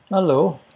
hello